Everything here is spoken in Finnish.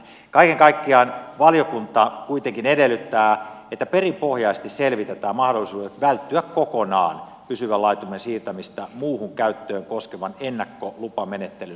kaiken kaikkiaan valiokunta kuitenkin edellyttää että perinpohjaisesti selvitetään mahdollisuudet välttyä kokonaan pysyvän laitumen siirtämistä muuhun käyttöön koskevan ennakkolupamenettelyn soveltamiselta